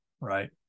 right